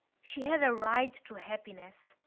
she had a right to happiness.